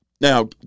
Now